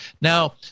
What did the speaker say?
Now